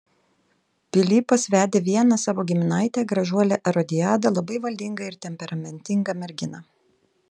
pilypas vedė vieną savo giminaitę gražuolę erodiadą labai valdingą ir temperamentingą merginą